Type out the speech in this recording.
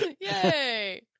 Yay